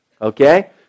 okay